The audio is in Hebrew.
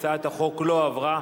הצעת החוק לא עברה.